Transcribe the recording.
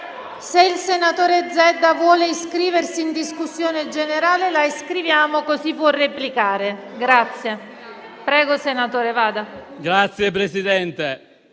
Se il senatore Zedda vuole iscriversi in discussione generale, la iscriviamo così può replicare. Prego, senatore Lorefice, vada avanti.